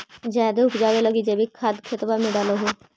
जायदे उपजाबे लगी जैवीक खाद खेतबा मे डाल हो?